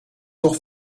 toch